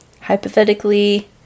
hypothetically